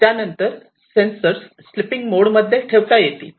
त्यानंतर sensors sleeping मोडमध्ये ठेवता येतील